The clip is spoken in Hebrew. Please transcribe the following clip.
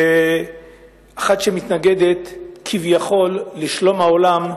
עדיין, ומי שמתנגדת כביכול לשלום העולם,